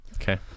Okay